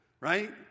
right